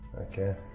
Okay